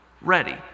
ready